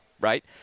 right